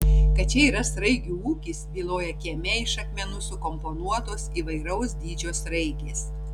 kad čia yra sraigių ūkis byloja kieme iš akmenų sukomponuotos įvairaus dydžio sraigės